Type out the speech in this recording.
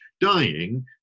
dying